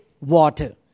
water